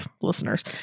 listeners